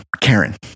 karen